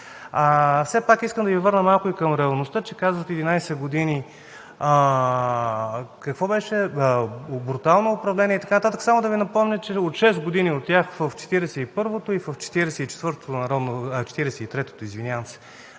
Все пак искам да Ви върна малко и към реалността – казвате, че 11 години, какво беше – брутално управление и така нататък, само да Ви напомня, че 6 години от тях в 41-вото и в 43-тото народно